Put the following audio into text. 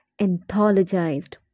anthologized